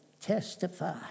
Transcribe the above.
testify